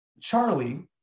Charlie